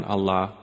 Allah